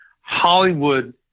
Hollywood